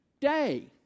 day